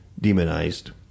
demonized